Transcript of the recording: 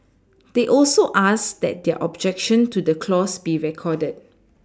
they also asked that their objection to the clause be recorded